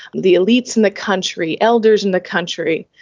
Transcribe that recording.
the elites in the country, elders in the country,